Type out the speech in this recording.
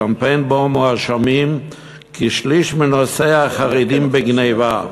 קמפיין שבו מואשמים כשליש מנוסעיה החרדים בגנבה,